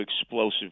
explosive